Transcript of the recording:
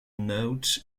note